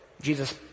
Jesus